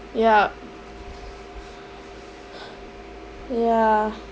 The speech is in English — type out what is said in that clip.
yup yeah